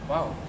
!wow!